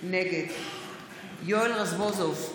נגד יואל רזבוזוב,